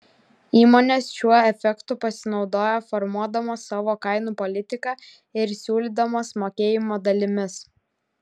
įmonės šiuo efektu pasinaudoja formuodamos savo kainų politiką ir siūlydamos mokėjimą dalimis